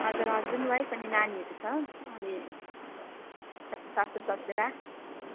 हजुर husband wife अनि नानीहरू छ अनि स सासु ससुरा